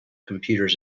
computers